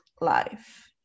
life